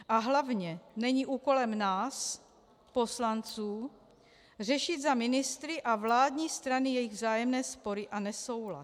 A hlavně, není úkolem nás poslanců řešit za ministry a vládní strany jejich vzájemné spory a nesoulad.